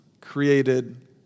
created